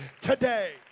today